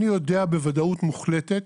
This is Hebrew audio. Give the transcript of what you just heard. אני יודע בוודאות מוחלטת